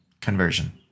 Conversion